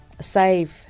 save